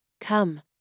Come